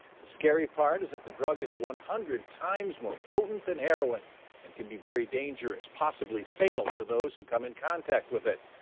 the scary part is that the drug is one hundred times more potent than heroin and can be very dangerous, possibly fatal, to those who come in contact with it.